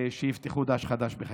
והם יפתחו דף חדש בחייהם.